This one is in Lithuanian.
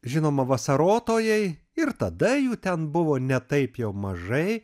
žinoma vasarotojai ir tada jų ten buvo ne taip jau mažai